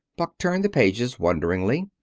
buck turned the pages wonderingly.